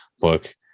book